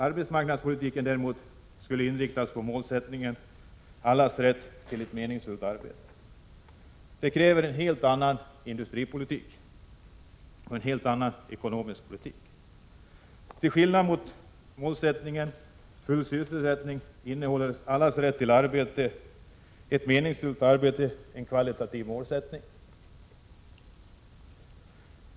Arbetsmarknadspolitiken skulle däremot inriktas på målsättningen allas rätt till ett meningsfullt arbete. Det kräver en helt annan industripolitik och en helt annan ekonomisk politik. Till skillnad mot målet full sysselsättning innehåller målet allas rätt till ett meningsfullt arbete en kvalitativ målsättning.